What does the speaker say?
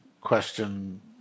question